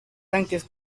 tanques